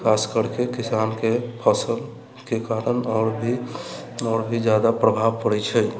खास करके किसानके फसलके कारण आओर भी आओर भी जादा प्रभाव पड़ै छै